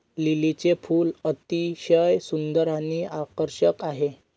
लिलीचे फूल अतिशय सुंदर आणि आकर्षक आहे